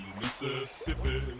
Mississippi